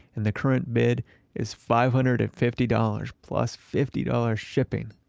and the current bid is five hundred and fifty dollars plus fifty dollars shipping.